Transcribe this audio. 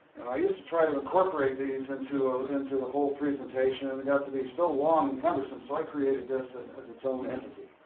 and i used to try to incorporate these into ah into the whole presentation and it got to be so long and cumbersome, so i created this and as its own entity.